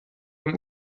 dem